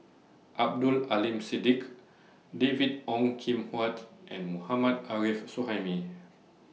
Abdul Aleem Siddique David Ong Kim Huat and Mohammad Arif Suhaimi